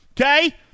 okay